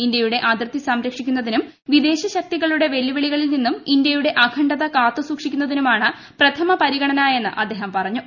ഇന്ത്യയുടെ അതിർത്തി സംരക്ഷിക്കുന്നതിനും വിദേശശക്തികളുടെ വെല്ലുവിളികളിൽ നിന്നും ഇന്ത്യയുടെ അഖണ്ഡത കാത്തുസൂക്ഷിക്കുന്നതിനും ആണ് പ്രഥമ പരിഗണന എന്ന് അദ്ദേഹം പറഞ്ഞു